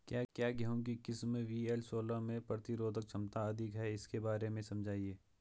क्या गेहूँ की किस्म वी.एल सोलह में प्रतिरोधक क्षमता अधिक है इसके बारे में समझाइये?